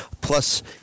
plus